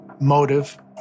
motive